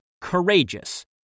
courageous